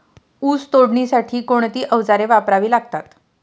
ऊस तोडणीसाठी कोणती अवजारे वापरावी लागतात?